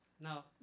Now